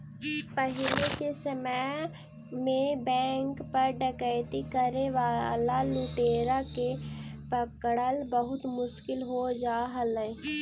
पहिले के समय में बैंक पर डकैती करे वाला लुटेरा के पकड़ला बहुत मुश्किल हो जा हलइ